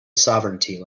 sovereignty